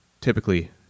typically